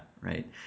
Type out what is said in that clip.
Right